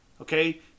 Okay